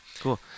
Cool